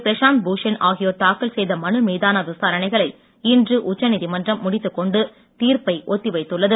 பிரஷாந்த் பூஷன் ஆகியோர் தாக்கல் செய்த மனு மீதான விசாரணைகளை இன்று உச்ச நீதிமன்றம் முடித்துக் கொண்டு தீர்ப்பை ஒத்தி வைத்துள்ளது